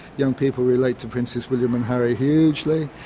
young people relate to princes william and harry hugely.